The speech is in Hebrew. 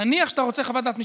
נניח שאתה רוצה חוות דעת משפטית,